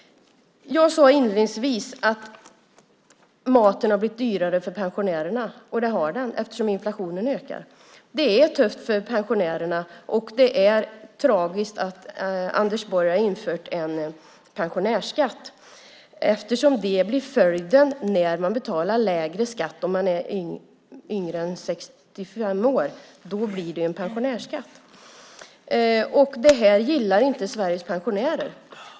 Jag sade inledningsvis att maten har blivit dyrare för pensionärerna, och det har den, eftersom inflationen ökar. Det är tufft för pensionärerna, och det är tragiskt att Anders Borg har infört en pensionärsskatt. Det blir följden när man betalar lägre skatt om man är yngre än 65 år. Då blir det en pensionärsskatt. Det här gillar inte Sveriges pensionärer.